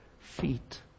feet